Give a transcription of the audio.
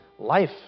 life